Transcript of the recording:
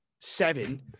seven